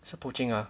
still poaching ah